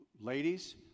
Ladies